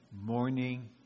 morning